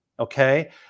Okay